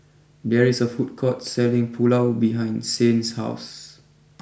there is a food court selling Pulao behind Saint's house